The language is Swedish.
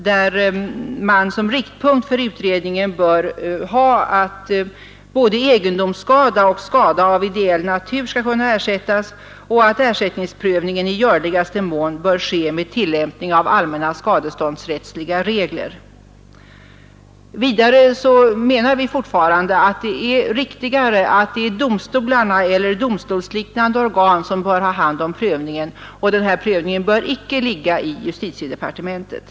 Som en riktpunkt bör gälla att både egendomsskada och skada av ideell natur skall kunna ersättas och att ersättningsprövningen bör ske med tillämpning av allmänna skadeståndsrättsliga regler. Vidare anser vi fortfarande att det är riktigare att domstolarna eller domstolsliknande organ har hand om prövningen. Den bör icke ligga i justitiedepartementet.